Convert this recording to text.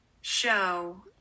show